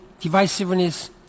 divisiveness